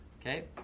Okay